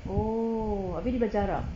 oh abeh dia belajar arab